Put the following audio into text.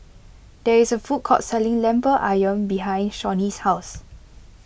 there is a food court selling Lemper Ayam behind Shawnee's house